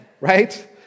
right